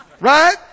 Right